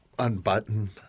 Unbutton